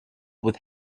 with